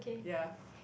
ya